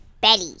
Betty